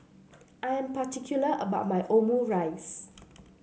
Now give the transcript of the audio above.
I am particular about my Omurice